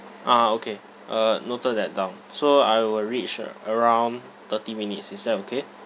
ah ah okay uh noted that down so I will reach ar~ around thirty minutes is that okay